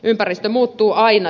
ympäristö muuttuu aina